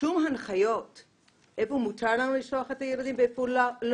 שום הנחיות איפה מותר לנו לשלוח את הילדים ואיפה לא.